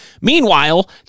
Meanwhile